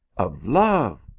of love!